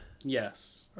yes